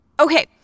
Okay